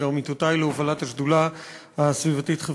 עמיתותי להובלת השדולה הסביבתית-חברתית